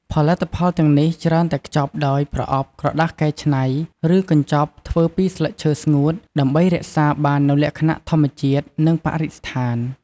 ផលិតផលទាំងនេះច្រើនតែខ្ចប់ដោយ ប្រអប់ក្រដាសកែច្នៃ ឬ កញ្ចប់ធ្វើពីស្លឹកឈើស្ងួត ដើម្បីរក្សាបាននូវលក្ខណៈធម្មជាតិ និងបរិស្ថាន។